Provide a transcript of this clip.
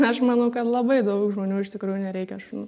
aš manau kad labai daug žmonių iš tikrųjų nereikia šunų